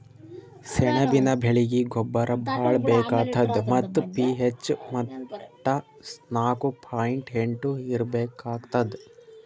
ಸೆಣಬಿನ ಬೆಳೀಗಿ ಗೊಬ್ಬರ ಭಾಳ್ ಬೇಕಾತದ್ ಮತ್ತ್ ಪಿ.ಹೆಚ್ ಮಟ್ಟಾ ನಾಕು ಪಾಯಿಂಟ್ ಎಂಟು ಇರ್ಬೇಕಾಗ್ತದ